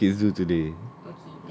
so what did the kids do today